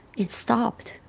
it stopped.